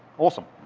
awesome.